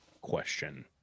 question